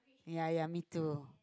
ya ya me too